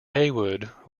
heywood